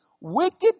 Wicked